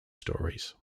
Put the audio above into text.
stories